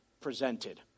presented